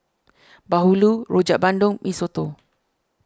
Bahulu Rojak Bandung Mee Soto